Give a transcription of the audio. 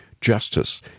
justice